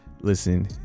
Listen